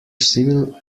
civil